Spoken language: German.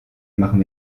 machen